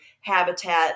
habitat